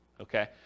Okay